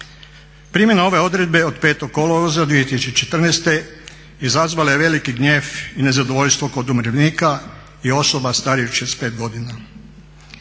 Primjena ove odredbe od 5.kolovoza 2014.izazvala je veliki gnjev i nezadovoljstvo kod umirovljenika i osoba starijih od 65 godina.